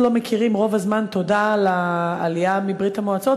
מכירים רוב הזמן תודה לעלייה מברית-המועצות,